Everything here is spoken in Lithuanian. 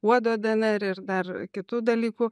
uodo dnr ir dar kitų dalykų